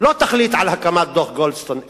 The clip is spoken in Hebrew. לא תחליט על הקמת דוח גולדסטון,